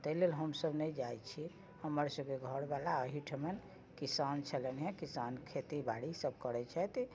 ताहि लेल हमसब नहि जाइत छियै हमर सबके घरबला अहि ठमन किसान छलनि हँ किसान खेतीबाड़ी सब करैत छथि